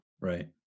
Right